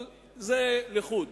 אבל זה לחוד,